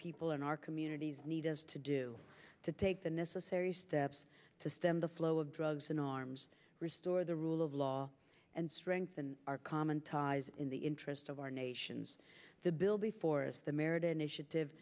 people in our communities need us to do to take the necessary steps to stem the flow of drugs in arms restore the rule of law and strengthen our common ties in the interest of our nations the bill before us the merit initiative